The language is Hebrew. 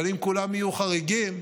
אבל אם כולם יהיו חריגים,